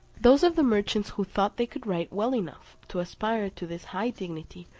those of the merchants who thought they could write well enough to aspire to this high dignity,